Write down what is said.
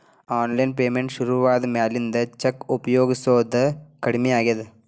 online payment ಶುರುವಾದ ಮ್ಯಾಲಿಂದ cheque ಉಪಯೊಗಸೋದ ಕಡಮಿ ಆಗೇದ